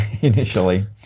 initially